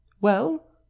Well